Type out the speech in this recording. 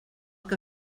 que